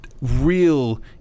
real